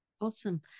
awesome